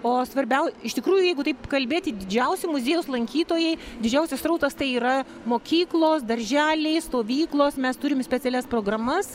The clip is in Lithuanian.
o svarbiau iš tikrųjų jeigu taip kalbėti didžiausi muziejaus lankytojai didžiausias srautas tai yra mokyklos darželiai stovyklos mes turim specialias programas